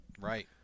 Right